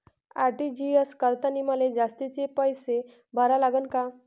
RTGS करतांनी मले जास्तीचे पैसे भरा लागन का?